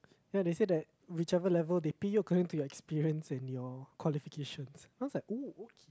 ya they say that whichever level they pick according to your experience and your qualifications then I was like oh okay